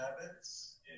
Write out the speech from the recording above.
habits